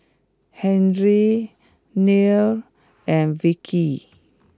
Henry Nia and Vicki